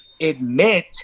admit